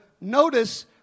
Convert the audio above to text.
notice